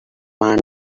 man